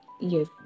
yes